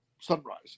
sunrise